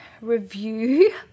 review